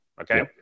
Okay